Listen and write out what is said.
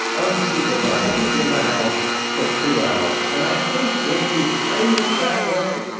unsupervised in the house for two hours? and i think when you frame it that way,